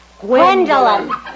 Gwendolyn